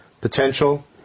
potential